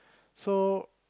so